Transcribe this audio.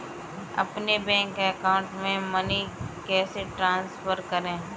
अपने bank account से money कैसे ट्रांसफर करें?